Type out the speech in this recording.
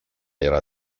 era